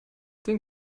den